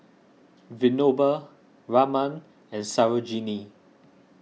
Vinoba Raman and Sarojini